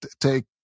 take